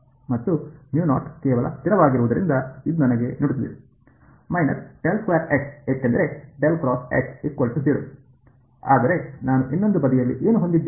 ಮತ್ತು ಕೇವಲ ಸ್ಥಿರವಾಗಿರುವುದರಿಂದ ಇದು ನನಗೆ ನೀಡುತ್ತದೆ − ಏಕೆಂದರೆ ಆದರೆ ನಾನು ಇನ್ನೊಂದು ಬದಿಯಲ್ಲಿ ಏನು ಹೊಂದಿದ್ದೇನೆ